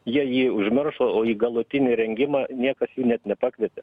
jie jį užmiršo o į galutinį rengimą niekas jų net nepakvietė